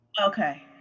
Okay